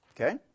Okay